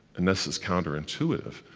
and this is counterintuitive,